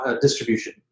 distribution